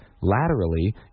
laterally